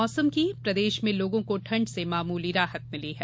मौसम प्रदेश में लोगों को ठंड से मामूली राहत मिली है